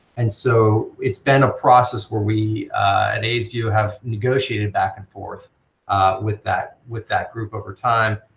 and so it's been a process where we at aidsvu have negotiated back and forth with that with that group over time,